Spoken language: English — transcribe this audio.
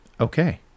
Okay